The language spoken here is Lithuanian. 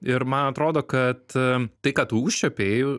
ir man atrodo kad tai ką tu užčiuopei